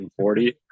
140